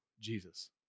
Jesus